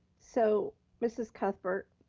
so mrs. cuthbert,